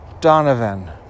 Donovan